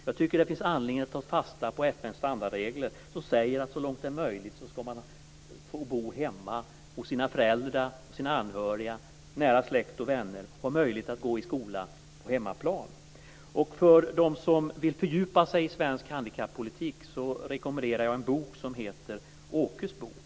Jag tycker också att det finns anledning att ta fasta på FN:s standardregler som säger att man så långt det är möjligt ska få bo hemma hos sina föräldrar och anhöriga, nära släkt och vänner, och ha möjlighet att gå i skola på hemmaplan. För dem som vill fördjupa sig i svensk handikappolitik rekommenderar jag en bok som heter Åkes bok.